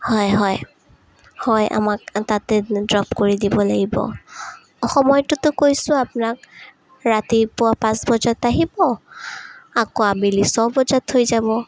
হয় হয় হয় আমাক তাতে ড্ৰপ কৰি দিব লাগিব সময়টোতো কৈছোঁ আপোনাক ৰাতিপুৱা পাঁচ বজাত আহিব আকৌ আবেলি ছয় বজাত থৈ যাব